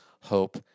hope